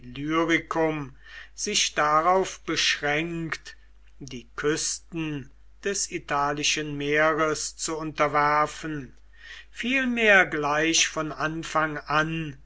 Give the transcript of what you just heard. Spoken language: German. illyricum sich darauf beschränkt die küsten des italischen meeres zu unterwerfen vielmehr gleich von anfang an